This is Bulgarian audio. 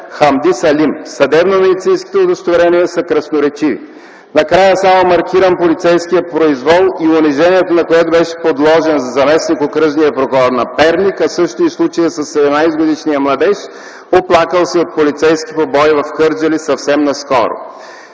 Хамди Салим. Съдебно-медицинските удостоверения са красноречиви. - Накрая само маркирам полицейския произвол и унижението, на което беше подложен заместник-окръжният прокурор на Перник, също и случая със 17-годишния младеж, оплакал се от полицейски побой в Кърджали съвсем наскоро.